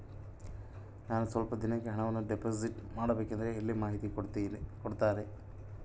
ನಾನು ಸ್ವಲ್ಪ ದಿನಕ್ಕೆ ಹಣವನ್ನು ಡಿಪಾಸಿಟ್ ಮಾಡಬೇಕಂದ್ರೆ ಎಲ್ಲಿ ಮಾಹಿತಿ ಕೊಡ್ತಾರೆ?